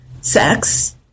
sex